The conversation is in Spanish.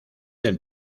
del